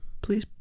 Please